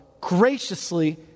graciously